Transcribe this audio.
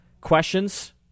questions